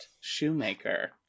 Shoemaker